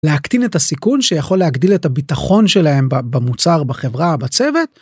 להקטין את הסיכון שיכול להגדיל את הביטחון שלהם במוצר בחברה בצוות.